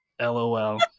LOL